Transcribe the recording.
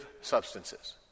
substances